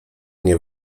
nie